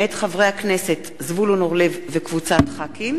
מאת חברי הכנסת זבולון אורלב, דוד אזולאי,